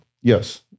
Yes